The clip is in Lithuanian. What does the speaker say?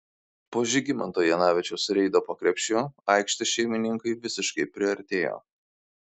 po žygimanto janavičiaus reido po krepšiu aikštės šeimininkai visiškai priartėjo